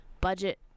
budget